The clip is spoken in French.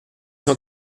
cent